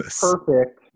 perfect